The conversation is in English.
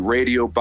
Radio